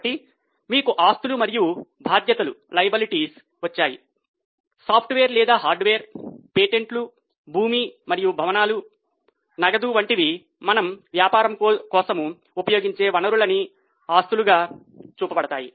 కాబట్టి మీకు ఆస్తులు మరియు బాధ్యతలు వచ్చాయి సాఫ్ట్వేర్ లేదా హార్డ్వేర్ పేటెంట్లు భూమి మరియు భవనం నగదు వంటివి మనము వ్యాపారం కోసం ఉపయోగించే వనరులను ఆస్తులుగా చూపబడుతాయి